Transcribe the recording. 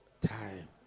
time